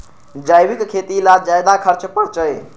जैविक खेती ला ज्यादा खर्च पड़छई?